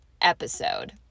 episode